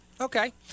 Okay